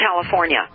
California